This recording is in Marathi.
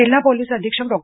जिल्हा पोलीस अधीक्षक डॉ